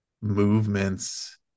movements